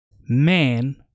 man